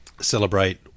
celebrate